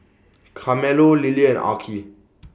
Carmelo Lelia and Arkie